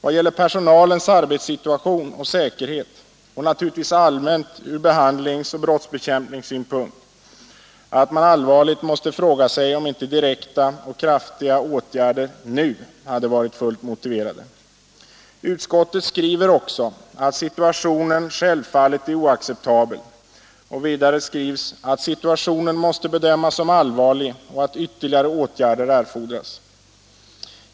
vad gäller personalens arbetssituation och säkerhet och naturligtvis allmänt ur behandlings och brottbekämpningssynpunkt, att man allvarligt måste fråga sig om inte direkta och kraftiga åtgärder nu hade varit fullt motiverade. 123 vården Utskottet skriver också att situationen självfallet är oacceptabel och vidare att situationen måste bedömas som allvarlig och att vtterligare åtgärder erfordras.